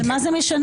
אבל מה זה משנה?